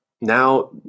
now